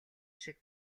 шиг